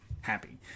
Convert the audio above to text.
happy